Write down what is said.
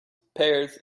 pears